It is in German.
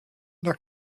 der